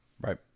Right